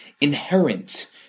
inherent